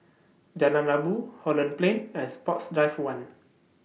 Jalan Rabu Holland Plain and Sports Drive one